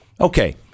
Okay